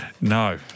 No